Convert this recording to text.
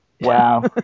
Wow